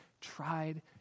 tried